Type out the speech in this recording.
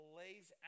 lays